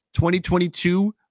2022